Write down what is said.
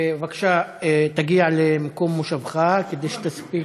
בבקשה, תגיע למקום מושבך\ כדי שתספיק.